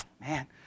man